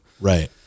right